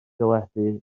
deledu